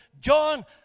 John